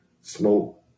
smoke